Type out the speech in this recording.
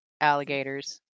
alligators